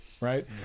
right